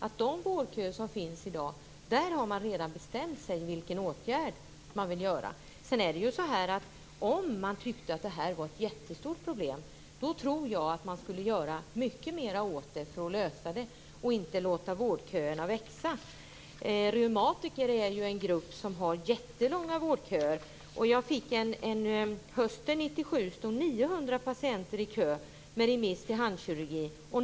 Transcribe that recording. I de vårdköer som finns i dag har man redan bestämt vilken åtgärd man vill göra. Om man tyckte att det här var ett stort problem tror jag att man skulle göra mycket mer för att lösa det och inte låta vårdköerna växa. Reumatiker är en grupp som har jättelånga vårdköer. Hösten 1997 stod 900 patienter i kö med remiss till handkirurgi.